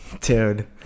Dude